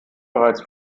bereits